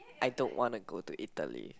I don't wanna go to Italy